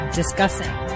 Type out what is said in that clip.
discussing